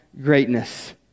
greatness